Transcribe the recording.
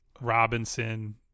Robinson